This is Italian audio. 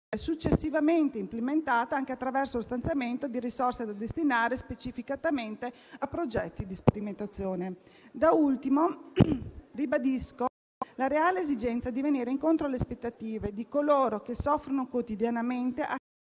successivamente implementata anche attraverso lo stanziamento di risorse da destinare specificatamente a progetti di sperimentazione. Da ultimo, ribadisco la reale esigenza di venire incontro alle aspettative di coloro che soffrono quotidianamente a